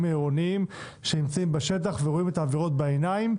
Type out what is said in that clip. העירוניים שנמצאים בשטח ורואים את העבירות בעיניים,